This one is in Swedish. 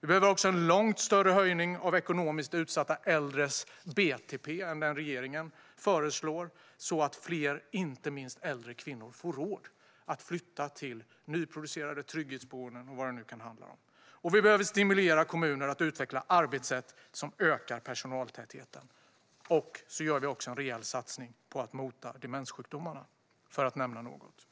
Vi behöver också en långt större höjning av ekonomiskt utsatta äldres BTP än regeringen föreslår, så att fler, inte minst äldre kvinnor, får råd att flytta till nyproducerade trygghetsboenden eller vad det nu kan handla om. Och vi behöver stimulera kommuner att utveckla arbetssätt som ökar personaltätheten. Vi gör också en rejäl satsning på att mota demenssjukdomarna, för att nämna något.